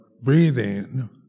breathing